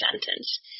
sentence